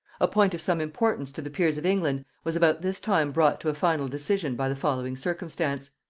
a point of some importance to the peers of england was about this time brought to a final decision by the following circumstance.